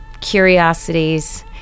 curiosities